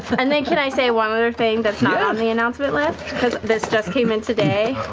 and then can i say one other thing that's not on the announcement list? because this just came in today.